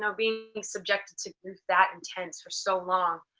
so being being subjected to grief that intense for so long.